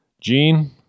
Gene